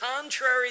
contrary